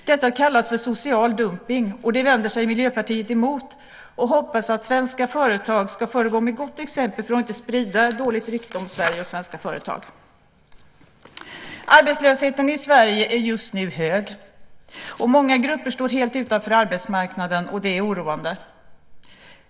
Detta kallas för social dumpning, och det vänder sig Miljöpartiet emot och hoppas att svenska företag ska föregå med gott exempel för att inte sprida ett dåligt rykte om Sverige och svenska företag. Arbetslösheten i Sverige är just nu hög, och många grupper står helt utanför arbetsmarknaden, och det är oroande.